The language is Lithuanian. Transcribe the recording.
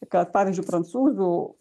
kad pavyzdžiui prancūzų